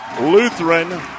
Lutheran